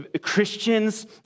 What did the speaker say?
Christians